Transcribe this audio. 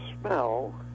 smell